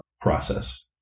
process